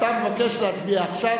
מבקש להצביע עכשיו.